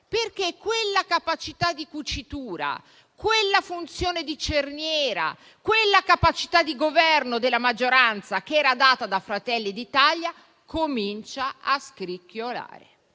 perché quella capacità di cucitura, quella funzione di cerniera, quella capacità di governo della maggioranza che era propria di Fratelli d'Italia comincia a scricchiolare